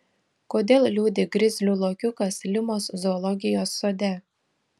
kodėl liūdi grizlių lokiukas limos zoologijos sode